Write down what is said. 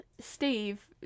Steve